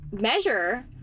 measure